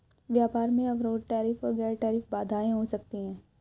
व्यापार में अवरोध टैरिफ और गैर टैरिफ बाधाएं हो सकती हैं